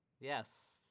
Yes